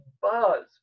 buzz